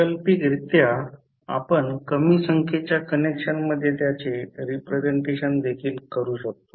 वैकल्पिकरित्या आपण कमी संख्येच्या कनेक्शन मध्ये त्याचे रिप्रेझेंटेशन देखील करू शकतो